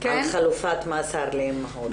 על חלופת מאסר לאמהות.